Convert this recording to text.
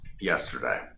yesterday